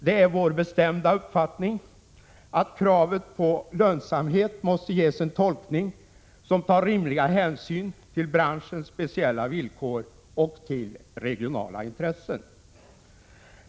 Det är vår bestämda uppfattning att kravet på lönsamhet måste ges en tolkning, som tar rimliga hänsyn till branschens speciella villkor och till regionala intressen.